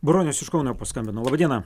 bronius iš kauno paskambino laba diena